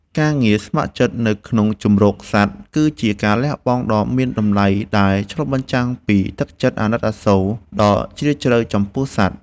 ការងារស្ម័គ្រចិត្តនៅក្នុងជម្រកសត្វ គឺជាការលះបង់ដ៏មានតម្លៃដែលឆ្លុះបញ្ចាំងពីទឹកចិត្តអាណិតអាសូរដ៏ជ្រាលជ្រៅចំពោះសត្វ។